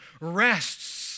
rests